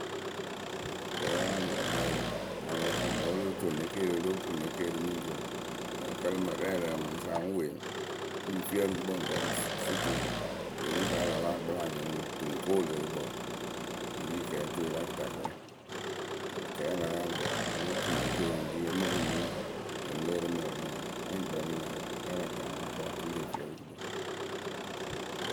kɛɛyaalɩ mɛɛyo mɨŋ a la yaalɨ wǝ́ o lóo co ne keeriu o lóo kuŋ ne keeriu mɨ ŋ ri wɔ lǝ́ǝ kǝlɨ mǝ rɛɛ ǝ lǝh pǝ mɨŋkɨsa ŋ wee ŋ mɨ fii ǝrɨ gukpǝ ŋ kǝ fɨ tuwǝ o lo ru kǝ́ a la láa kpɨla lɨ tɨ ŋ ko wɨlɨɨrɨkpǝ wǝ ri kɛɛcoyǝ la kɨtakǝ ǝǝ kɨto kɛɛ a la yaalɨ wɔ o lóo kuŋ ne keeriu ŋ ri ǝ mɨ pɨ o yurǝ lɨŋ lɨɨrɨ mɨ lǝ̈ rɨ nyarʊ anyɩŋ kpɛlɩ rɨ nyarʊ rɛ a la taanɨ ŋwarǝ kwa otu leh fii ǝrɨ gukpǝ.